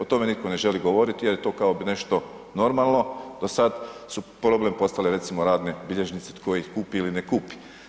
O tome nitko ne želi govoriti jer je to kao nešto normalno, do sad su problem postale recimo radne bilježnice tko i h kupi ili ne kupi.